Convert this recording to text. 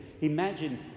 Imagine